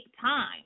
time